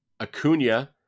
Acuna